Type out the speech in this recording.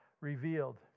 revealed